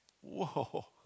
Whoa